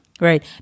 right